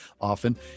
often